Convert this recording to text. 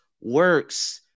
works